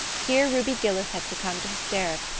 here ruby gillis had succumbed to hysterics,